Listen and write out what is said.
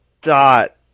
dot